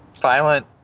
violent